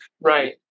right